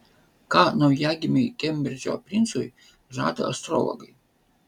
ką naujagimiui kembridžo princui žada astrologai